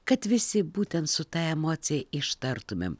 kad visi būtent su ta emocija ištartumėm